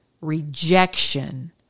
rejection